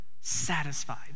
satisfied